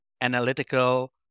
analytical